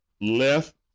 left